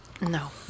No